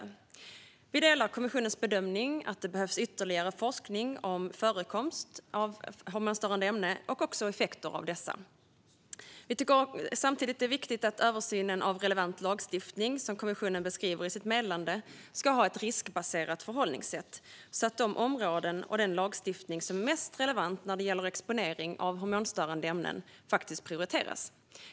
Utskottet instämmer i kommissionens bedömning att det behövs ytterligare forskning om förekomst och effekter av hormonstörande ämnen. Vi tycker samtidigt att det är viktigt att översynen av relevant lagstiftning som kommissionen beskriver i sitt meddelande ska ha ett riskbaserat förhållningssätt så att de områden och den lagstiftning som är mest relevant vad gäller exponering för hormonstörande ämnen prioriteras.